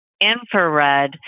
infrared